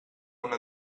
una